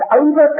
overcome